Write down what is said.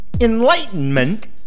Enlightenment